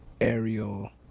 aerial